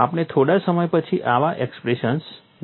આપણે થોડા સમય પછી આવા એક્સપ્રેશન્સ જોઈશું